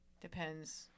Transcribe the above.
depends